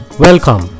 Welcome